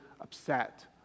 upset